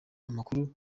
amakuru